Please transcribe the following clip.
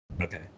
Okay